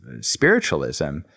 spiritualism